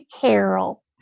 Carol